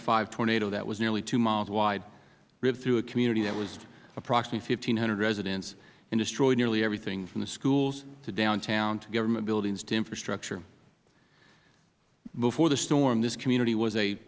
five tornado that was nearly two miles wide ripped though a community that was approximately one five hundred residents and destroyed nearly everything from the schools to downtown to government buildings to infrastructure before the storm this community was a